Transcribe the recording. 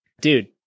Dude